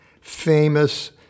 famous